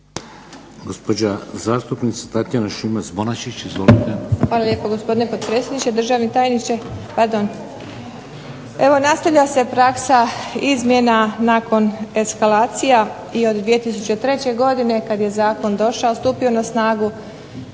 Gospođa zastupnica Tatjana Šimac-Bonačić, izvolite.